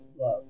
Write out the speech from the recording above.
Love